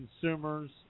consumers